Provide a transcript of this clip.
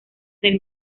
del